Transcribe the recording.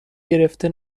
گرفته